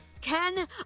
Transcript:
Ken